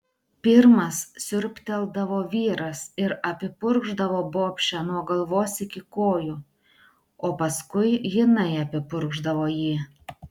pirmas siurbteldavo vyras ir apipurkšdavo bobšę nuo galvos iki kojų o paskui jinai apipurkšdavo jį